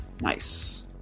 Nice